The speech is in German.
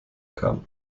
kam